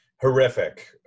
horrific